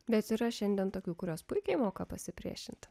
bet yra šiandien tokių kurios puikiai moka pasipriešinti